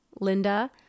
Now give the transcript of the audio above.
Linda